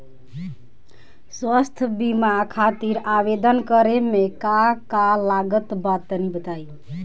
स्वास्थ्य बीमा खातिर आवेदन करे मे का का लागत बा तनि बताई?